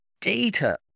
Data